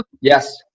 Yes